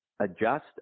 adjust